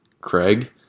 Craig